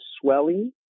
swelling